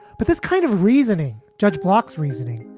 but this kind of reasoning, judge bloks reasoning,